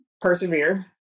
persevere